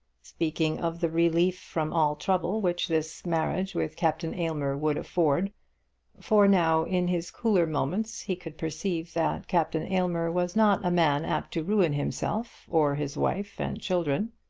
speaking of the relief from all trouble which this marriage with captain aylmer would afford for now, in his cooler moments, he could perceive that captain aylmer was not a man apt to ruin himself, or his wife and children.